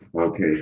Okay